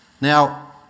Now